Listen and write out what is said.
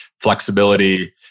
flexibility